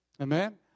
Amen